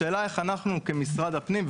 השאלה היא איך אנחנו כמשרד הפנים,